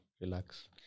relax